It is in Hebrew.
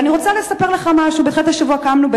אני רוצה לספר לך משהו: בתחילת השבוע קמנו,